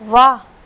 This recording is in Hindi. वाह